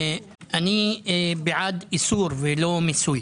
אני בעד איסור ולא מיסוי,